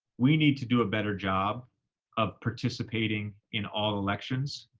we need to do a better job of participating in all elections.